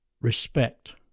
respect